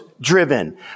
driven